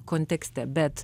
kontekste bet